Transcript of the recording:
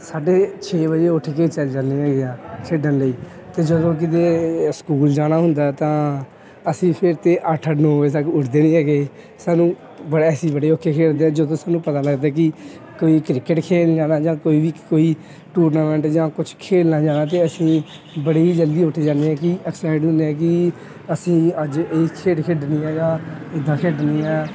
ਸਾਢੇ ਛੇ ਵਜੇ ਉੱਠ ਕੇ ਚੱਲ ਜਾਂਦੇ ਹੈਗੇ ਹਾਂ ਖੇਡਣ ਲਈ ਅਤੇ ਜਦੋਂ ਕਿਤੇ ਸਕੂਲ ਜਾਣਾ ਹੁੰਦਾ ਤਾਂ ਅਸੀਂ ਫਿਰ ਤਾਂ ਅੱਠ ਅੱਠ ਨੌਂ ਵਜੇ ਤੱਕ ਉੱਠਦੇ ਨਹੀਂ ਹੈਗੇ ਸਾਨੂੰ ਬੜਾ ਅਸੀਂ ਬੜੇ ਔਖੇ ਖੇਡਦੇ ਹੈ ਜਦੋਂ ਸਾਨੂੰ ਪਤਾ ਲੱਗਦਾ ਕਿ ਕੋਈ ਕ੍ਰਿਕੇਟ ਖੇਡ ਜਾਣਾ ਜਾਂ ਕੋਈ ਵੀ ਕੋਈ ਟੂਰਨਾਮੈਂਟ ਜਾਂ ਕੁਛ ਖੇਡਣ ਜਾਣਾ ਤਾਂ ਅਸੀਂ ਬੜੀ ਹੀ ਜਲਦੀ ਉੱਠ ਜਾਂਦੇ ਹੈ ਕਿ ਅਕਸਾਈਡ ਹੁੰਦੇ ਹਾਂ ਕਿ ਅਸੀਂ ਅੱਜ ਇਹ ਖੇਡ ਖੇਡਣੀ ਹੈ ਜਾਂ ਇੱਦਾਂ ਖੇਡਣੀ ਹੈ